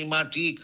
Mati